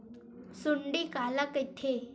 सुंडी काला कइथे?